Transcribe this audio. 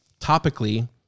topically